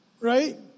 Right